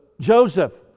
Joseph